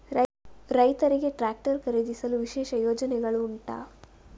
ರೈತರಿಗೆ ಟ್ರಾಕ್ಟರ್ ಖರೀದಿಸಲು ವಿಶೇಷ ಯೋಜನೆಗಳು ಉಂಟಾ?